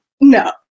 no